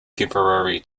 temporary